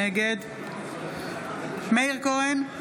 נגד מאיר כהן,